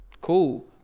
cool